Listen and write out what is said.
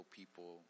people